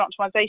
optimization